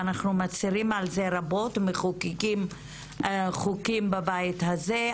אנחנו מצהירים על זה רבות ומחוקקים חוקים בבית הזה,